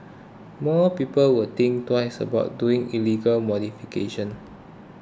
more people will think twice about doing illegal modifications